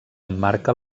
emmarca